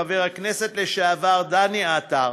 חבר הכנסת לשעבר דני עטר,